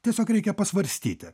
tiesiog reikia pasvarstyti